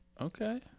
Okay